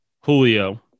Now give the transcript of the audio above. Julio